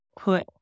put